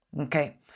okay